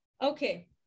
Okay